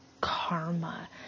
karma